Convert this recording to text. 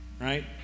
right